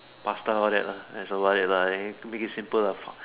pasta all that lah that's about it lah make it simple lah fuck